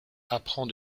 apprend